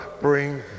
bring